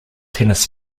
tennis